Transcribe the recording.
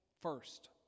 First